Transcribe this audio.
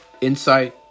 insight